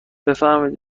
بفرمایید